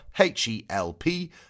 H-E-L-P